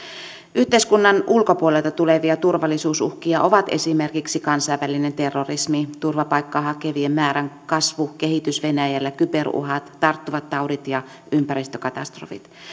yhteiskunnan ulkopuolelta tulevia turvallisuusuhkia ovat esimerkiksi kansainvälinen terrorismi turvapaikkaa hakevien määrän kasvu kehitys venäjällä kyberuhat tarttuvat taudit ja ympäristökatastrofit